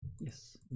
Yes